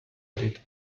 did